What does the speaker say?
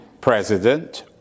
president